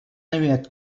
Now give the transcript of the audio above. aviat